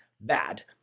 bad